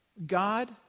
God